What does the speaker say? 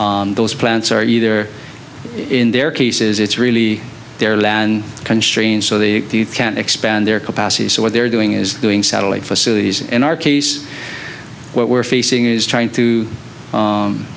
t those plants are either in their cases it's really their land constrained so they can expand their capacity so what they're doing is doing satellite facilities in our case what we're facing is trying